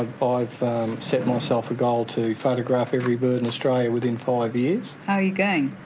ah i've set myself a goal to photograph every bird in australia within five years. how are you going?